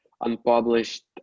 unpublished